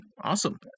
Awesome